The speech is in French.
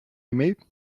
aimé